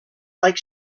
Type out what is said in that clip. like